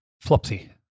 Flopsy